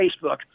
Facebook